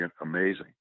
amazing